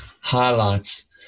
highlights